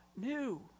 new